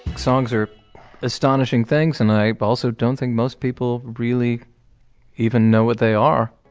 songs are astonishing things and i also don't think most people really even know what they are.